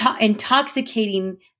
intoxicating